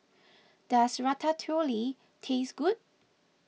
does Ratatouille taste good